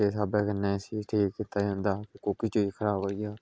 किस स्हाबै कन्नै उसी ठीक कीता जंदा कोकी चीज खराब होई जा